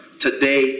Today